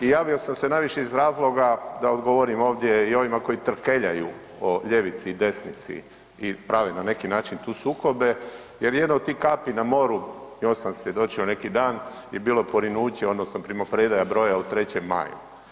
I javio sam se najviše iz razloga da odgovorim ovdje i ovima koji trkeljaju o ljevici i desnici i prave na neki način tu sukobe jer jedna od tih kapi na moru, još sam svjedočio neki dan je bilo porinuće, odnosno primopredaja broja u 3. maju.